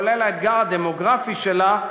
כולל האתגר הדמוגרפי שלה,